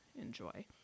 enjoy